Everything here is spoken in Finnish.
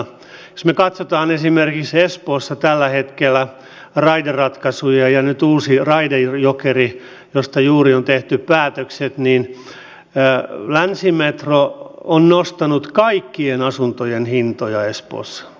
jos me katsomme esimerkiksi espoossa tällä hetkellä raideratkaisuja ja nyt uutta raide jokeria josta juuri on tehty päätökset niin länsimetro on nostanut kaikkien asuntojen hintoja espoossa